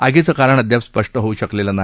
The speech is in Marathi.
आगीचं कारण अद्याप स्पष्ट होऊ शकलेलं नाही